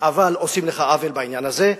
עושים לך עוול בעניין הזה,